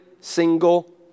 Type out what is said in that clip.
Single